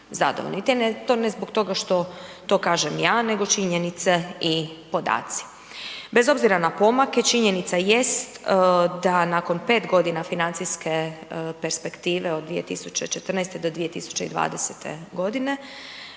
zadovoljni. To, ne zbog toga što to kažem ja, nego činjenice i podaci. Bez obzira na pomake, činjenica jest da nakon 5 godina financijske perspektive od 2014.-2020. godine,